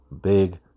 big